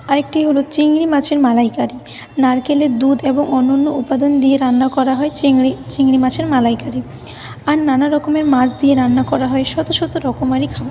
আরেকটি হল চিংড়ি মাছের মালাইকারি নারকেলের দুধ এবং অন্যান্য উপাদান দিয়ে রান্না করা হয় চিংড়ি চিংড়ি মাছের মালাইকারি আর নানা রকমের মাছ দিয়ে রান্না করা হয় শত শত রকমারি খাবার